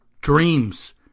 dreams